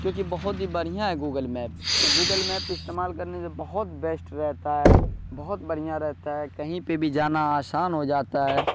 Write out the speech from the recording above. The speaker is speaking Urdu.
کیونکہ بہت ہی بڑھیا ہے گوگل میپ گوگل میپ استعمال کرنے سے بہت بیشٹ رہتا ہے بہت بڑھیا رہتا ہے کہیں بھی پہ جانا آسان ہو جاتا ہے